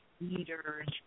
leaders